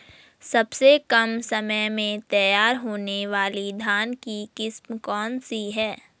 सबसे कम समय में तैयार होने वाली धान की किस्म कौन सी है?